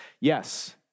Yes